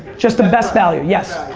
just the best value. yes.